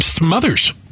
mothers